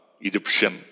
Egyptian